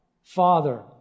Father